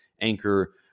Anchor